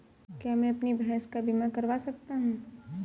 क्या मैं अपनी भैंस का बीमा करवा सकता हूँ?